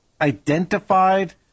identified